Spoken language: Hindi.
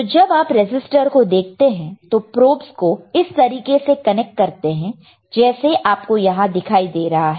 तो जब आप रेजिस्टर को देखते हैं तो प्रोबस को इस तरीके से कनेक्ट करते हैं जैसे आपको यहां दिखाई दे रहा है